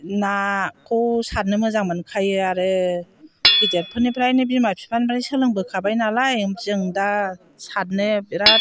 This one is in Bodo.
नाखौ सारनो मोजां मोनखायो आरो गिदिरफोरनिफ्रायनो आरो बिमा बिफानिफ्रायनो सोलोंबोखाबायनालाय जों दा साथनो बेराद